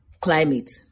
climate